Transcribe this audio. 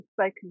spoken